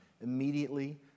Immediately